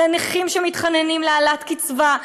לנכים שמתחננים להעלאת קצבה?